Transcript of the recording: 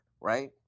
right